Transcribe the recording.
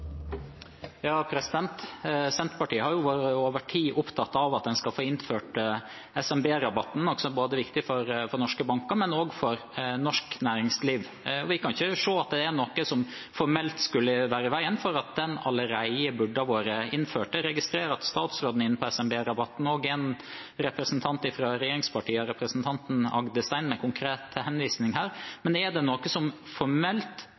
viktig for både norske banker og norsk næringsliv. Vi kan ikke se at det er noe som formelt skulle være i veien for at den allerede burde vært innført. Jeg registrerer at statsråden er inne på SMB-rabatten – og det er også en representant fra regjeringspartiene, representanten Agdestein, med en konkret henvisning her. Er det noe som formelt